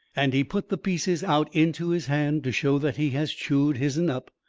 and he put the pieces out into his hand, to show that he has chewed his'n up,